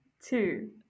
two